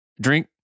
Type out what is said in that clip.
Drink